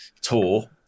tour